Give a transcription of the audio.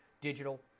digital